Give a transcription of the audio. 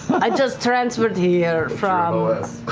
i just transferred here from